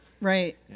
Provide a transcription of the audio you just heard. Right